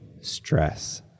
stress